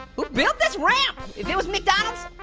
who built this ramp? if it was mcdonald's,